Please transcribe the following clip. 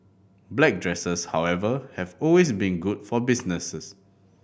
black dresses however have always been good for businesses